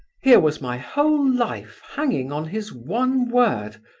here was my whole life hanging on his one word!